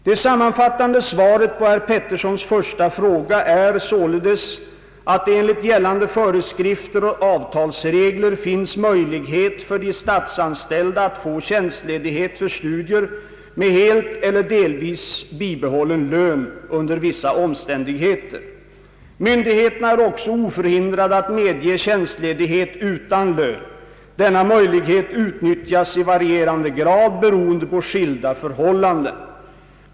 Det sammanfattande svaret på herr Petterssons första fråga är således att det enligt gällande föreskrifter och avtalsregler finns möjlighet för de statsanställda att få tjänstledighet för studier med helt eller delvis bibehållen lön under vissa omständigheter. Myndigheterna är också oförhindrade att medge tjänstledighet utan lön. Denna möjlighet utnyttjas i varierande grad, beroende på skilda förhållanden.